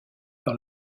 par